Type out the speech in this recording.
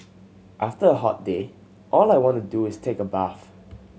after a hot day all I want to do is take a bath